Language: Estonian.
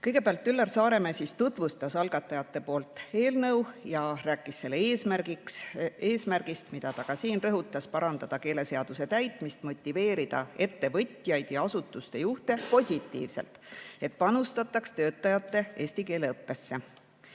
tutvustas Üllar Saaremäe algatajate poolt eelnõu ja rääkis selle eesmärgist, mida ta ka siin rõhutas: parandada keeleseaduse täitmist, motiveerida ettevõtjaid ja asutuste juhte positiivselt, et panustataks töötajate eesti keele õppesse.